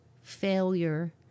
failure